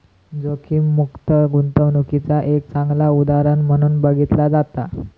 जोखीममुक्त गुंतवणूकीचा एक चांगला उदाहरण म्हणून बघितला जाता